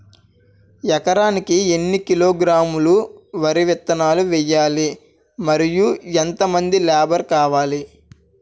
ఎకరానికి ఎన్ని కిలోగ్రాములు వరి విత్తనాలు వేయాలి? మరియు ఎంత మంది లేబర్ కావాలి?